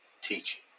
teaching